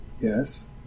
Yes